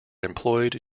employed